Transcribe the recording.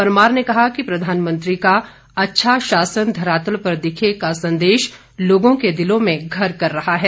परमार ने कहा कि प्रधानमंत्री का अच्छा शासन धरातल पर दिखे का संदेश लोगों के दिलों में घर कर रहा है